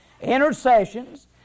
intercessions